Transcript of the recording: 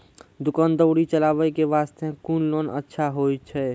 दुकान दौरी चलाबे के बास्ते कुन लोन अच्छा होय छै?